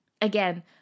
again